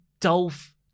Dolph